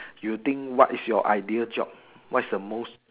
you think what is your ideal job what is the most